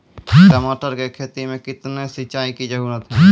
टमाटर की खेती मे कितने सिंचाई की जरूरत हैं?